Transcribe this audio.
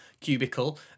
Cubicle